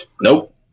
Nope